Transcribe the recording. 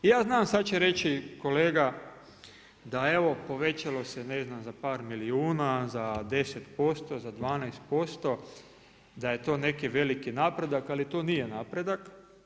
Ja znam sada će reći kolega da evo povećalo se ne znam za par milijuna, za 10%, za 12% da je to neki veliki napredak, ali to nije napredak.